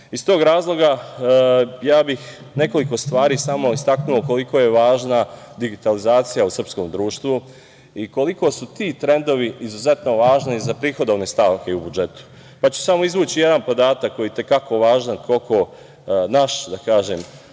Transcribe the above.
tog razloga ja bih nekoliko stvari samo istakao koliko je važna digitalizacija u srpskom društvu i koliko su ti trendovi izuzeto važne za prihodovne stavke u budžetu. Samo ću izvući jedan podatak koji je i te kako važan, koliko naš srpski